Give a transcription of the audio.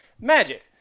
Magic